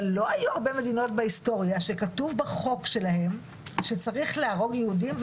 אבל לא היו הרבה מדינות בהיסטוריה שכתוב בחוק שלהן שצריך להרוג יהודים,